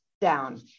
down